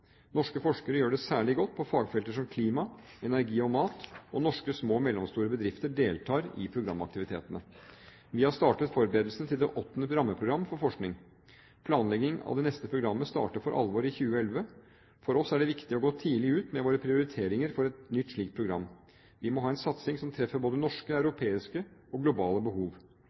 Norske forskere gjør det særlig godt på fagfelter som klima, energi og mat, og norske små og mellomstore bedrifter deltar i programaktivitetene. Vi har startet forberedelsene til det 8. rammeprogram for forskning. Planleggingen av det neste programmet starter for alvor i 2011. For oss er det viktig å gå tidlig ut med våre prioriteringer for et slikt nytt program. Vi må ha en satsing som treffer både norske, europeiske og globale behov.